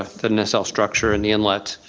the nacelle structure and the inlet,